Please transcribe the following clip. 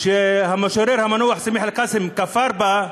שהמשורר המנוח סמיח אל-קאסם כפר בה,